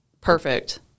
perfect